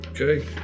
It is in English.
Okay